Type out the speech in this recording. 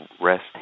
rest